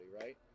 right